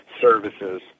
services